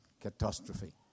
catastrophe